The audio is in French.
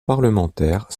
parlementaires